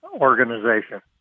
organization